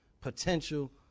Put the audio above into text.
potential